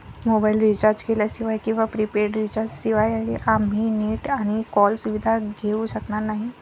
mobile recharge केल्याशिवाय किंवा prepaid recharge शिवाय आम्ही नेट आणि कॉल सुविधा घेऊ शकणार नाही